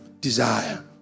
desire